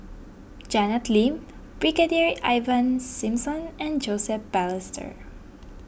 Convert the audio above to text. Janet Lim Brigadier Ivan Simson and Joseph Balestier